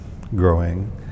growing